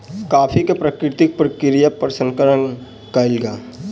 coffee के प्राकृतिक प्रक्रिया सँ प्रसंस्करण कयल गेल